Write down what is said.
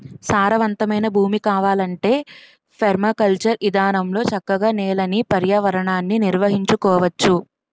సారవంతమైన భూమి కావాలంటే పెర్మాకల్చర్ ఇదానంలో చక్కగా నేలని, పర్యావరణాన్ని నిర్వహించుకోవచ్చు